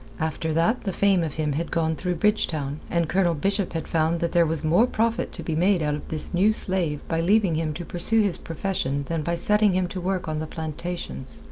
after that the fame of him had gone through bridgetown, and colonel bishop had found that there was more profit to be made out of this new slave by leaving him to pursue his profession than by setting him to work on the plantations,